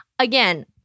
Again